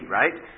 right